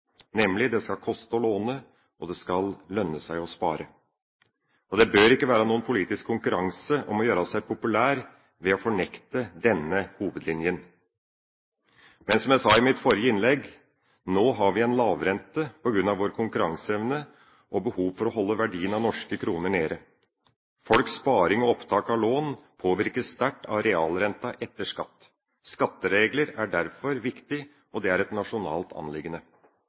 nemlig at det skal koste å låne og det skal lønne seg å spare. Det bør ikke være noen politisk konkurranse om å gjøre seg populær ved å fornekte denne hovedlinjen. Som jeg sa i mitt forrige innlegg, har vi nå en lav rente på grunn av vår konkurranseevne og behovet for å holde verdien av norske kroner nede. Folks sparing og opptak av lån påvirkes sterkt av realrenta etter skatt. Skatteregler er derfor viktig, og det er et nasjonalt anliggende.